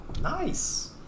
Nice